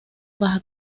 baja